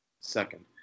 Second